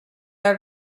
are